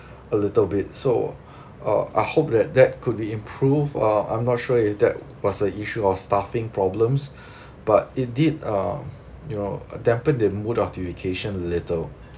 a little bit so uh I hope that that could be improved uh I'm not sure if that was a issue of staffing problems but it did um you know dampened the mood of the vacation a little